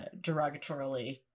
derogatorily